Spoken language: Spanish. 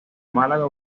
málaga